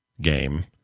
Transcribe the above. game